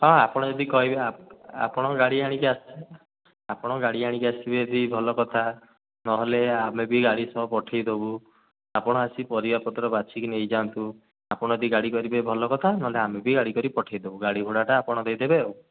ହଁ ଆପଣ ଯଦି କହିବେ ଆପଣଙ୍କ ଗାଡ଼ି ଆଣିକି ଆପଣଙ୍କ ଗାଡ଼ି ଆଣିକି ଆସିବେ ଯଦି ଭଲ କଥା ନହେଲେ ଆମେ ବି ଗାଡ଼ି ସହ ପଠାଇ ଦେବୁ ଆପଣ ଆସି ପରିବାପତ୍ର ବାଛିକି ନେଇଯାଆନ୍ତୁ ଆପଣ ଯଦି ଗାଡ଼ି କରିବେ ଭଲ କଥା ନହେଲେ ବି ଗାଡ଼ି କରିକି ପଠାଇ ଦେବୁ ଗାଡ଼ି ଭଡ଼ାଟା ଆପଣ ଦେବେ ଆଉ